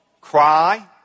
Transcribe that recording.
cry